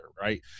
right